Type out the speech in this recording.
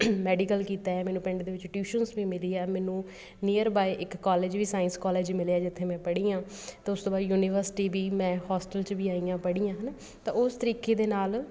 medical ਕੀਤਾ ਹੈ ਮੈਨੂੰ ਪਿੰਡ ਦੇ ਵਿੱਚ ਟਿਊਸ਼ਨਜ਼ ਵੀ ਮਿਲੀ ਆ ਮੈਨੂੰ ਨੀਅਰ ਬਾਏ ਇੱਕ ਕੋਲੇਜ ਵੀ ਸਾਇੰਸ ਕੋਲੇਜ ਮਿਲਿਆ ਜਿੱਥੇ ਮੈਂ ਪੜ੍ਹੀ ਹਾਂ ਤਾਂ ਉਸ ਤੋਂ ਬਾਅਦ ਯੂਨੀਵਰਸਿਟੀ ਵੀ ਮੈਂ ਹੋਸਟਲ 'ਚ ਵੀ ਆਈ ਹਾਂ ਪੜ੍ਹੀ ਹਾਂ ਹੈ ਨਾ ਤਾਂ ਉਸ ਤਰੀਕੇ ਦੇ ਨਾਲ